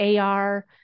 AR